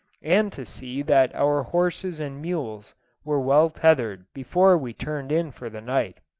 and to see that our horses and mules were well tethered before we turned in for the night.